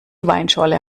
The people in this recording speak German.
weinschorle